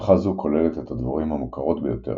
משפחה זו כוללת את הדבורים המוכרות ביותר,